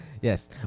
yes